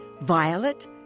Violet